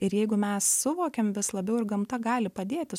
ir jeigu mes suvokiam vis labiau ir gamta gali padėti